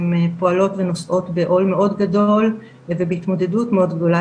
פועלות ונושאות בעול מאוד גדול ובהתמודדות מאוד גדולה,